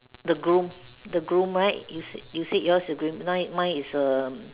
the groom the groom right you said you said yours is green mine mine is um